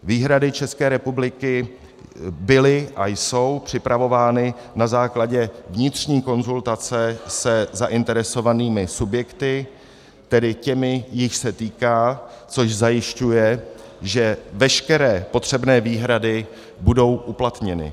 Výhrady České republiky byly a jsou připravovány na základě vnitřní konzultace se zainteresovanými subjekty, tedy těmi, jichž se to týká, což zajišťuje, že veškeré potřebné výhrady budou uplatněny.